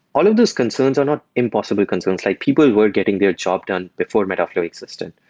all of those concerns are not impossible concerns. like people were getting their job done before metaflow existed.